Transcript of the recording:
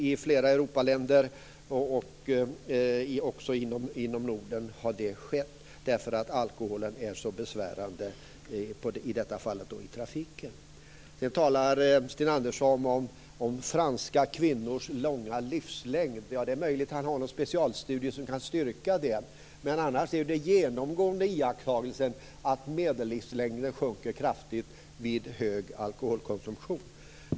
Sänkningar har också skett i Norden, eftersom alkoholen är så besvärande i trafiken. Sten Andersson talar om att franska kvinnor har lång livslängd. Det är möjligt att han har någon specialstudie som kan styrka det, men annars är den genomgående iakttagelsen att medellivslängden sjunker kraftigt vid hög alkoholkonsumtion.